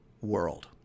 world